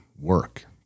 work